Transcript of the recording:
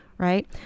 right